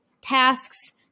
tasks